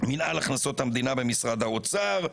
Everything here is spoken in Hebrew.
מנהל הכנסות המדינה במשרד האוצר,